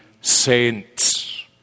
saints